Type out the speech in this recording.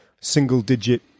single-digit